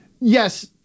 yes